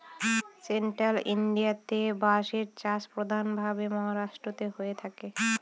central ইন্ডিয়াতে বাঁশের চাষ প্রধান ভাবে মহারাষ্ট্রেতে হয়ে থাকে